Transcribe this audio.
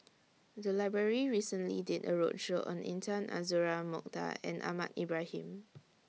The Library recently did A roadshow on Intan Azura Mokhtar and Ahmad Ibrahim